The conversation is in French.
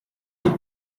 les